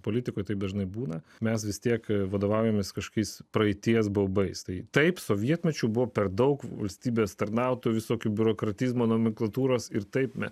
politikoje taip dažnai būna mes vis tiek vadovaujamės kažkokiais praeities baubais tai taip sovietmečiu buvo per daug valstybės tarnautojų visokių biurokratizmo nomenklatūros ir taip